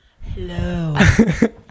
Hello